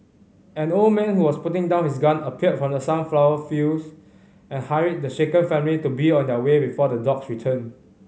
an old man was putting down his gun appeared from the sunflower fields and hurried the shaken family to be on their way before the dogs return